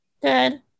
good